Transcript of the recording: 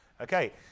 okay